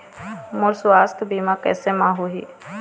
मोर सुवास्थ बीमा कैसे म होही?